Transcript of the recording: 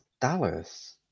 Dallas